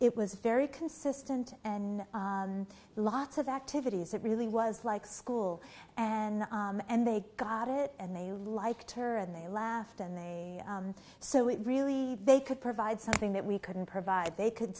it was very consistent and lots of activities it really was like school and and they got it and they liked her and they laughed and they so it really they could provide something that we couldn't provide they could